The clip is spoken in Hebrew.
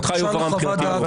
דרושה חוות דעת